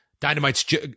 Dynamite's